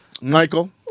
Michael